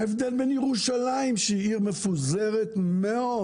ההבדל בין ירושלים, שהיא עיר מפוזרת מאוד,